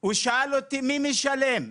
הוא שאל אותי מי משלם.